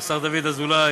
והשר דוד אזולאי,